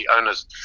owners